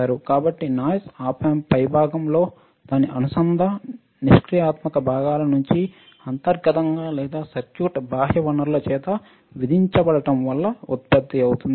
కాబట్టి noise of amp పైభాగంలో దాని అనుబంధ నిష్క్రియాత్మక భాగాల నుండి అంతర్గతంగా లేదా సర్క్యూట్ బాహ్య వనరులు చేత విధించడం వల్ల ఉత్పత్తి అవుతుంది